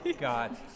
God